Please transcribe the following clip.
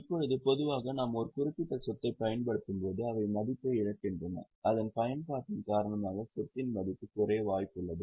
இப்போது பொதுவாக நாம் ஒரு குறிப்பிட்ட சொத்தைப் பயன்படுத்தும்போது அவை மதிப்பை இழக்கின்றன அதன் பயன்பாட்டின் காரணமாக சொத்தின் மதிப்பு குறைய வாய்ப்புள்ளது